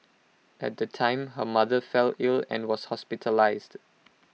at the time her mother fell ill and was hospitalised